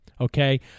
Okay